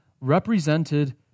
represented